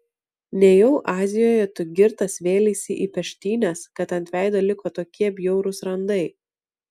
nejau azijoje tu girtas vėleisi į peštynes kad ant veido liko tokie bjaurūs randai